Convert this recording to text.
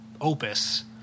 Opus